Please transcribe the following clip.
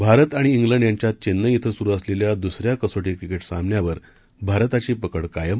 भारत आणि खेंड यांच्यात चेन्नई शें सुरु असलेल्या दुसऱ्या कसोटी क्रिकेट सामन्यावर भारताची पकड कायम